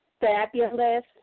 fabulous